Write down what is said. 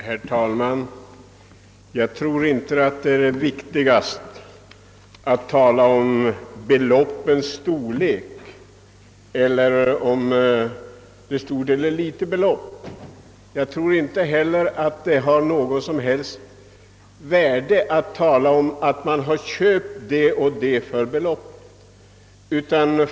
Herr talman! Jag tror inte att det är viktigast att tala om beloppens storlek. Jag tror inte heller att det har något som helst värde att tala om att man har köpt det ena eller andra.